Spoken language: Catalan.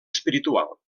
espiritual